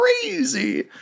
crazy